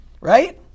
right